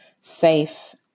safe